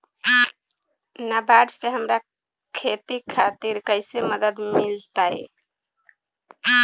नाबार्ड से हमरा खेती खातिर कैसे मदद मिल पायी?